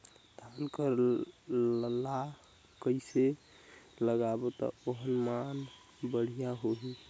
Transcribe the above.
धान कर ला कइसे लगाबो ता ओहार मान बेडिया होही?